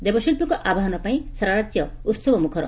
ଦେବଶିଳ୍ବୀଙ୍କ ଆବାହନ ପାଇଁ ସାରା ରାକ୍ୟ ଉହବମୁଖର